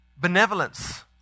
benevolence